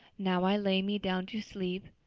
now i lay me down to sleep.